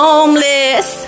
Homeless